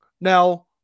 Now